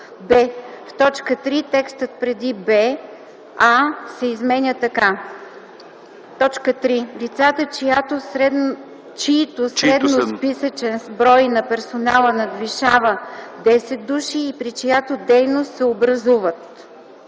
в т. 3 текстът преди буква „а” се изменя така: 3. лицата, чийто средносписъчен брой на персонала надвишава 10 души и при чиято дейност се образуват:”.